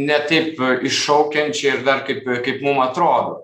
ne taip iššaukiančiai ir dar kaip kaip mum atrodo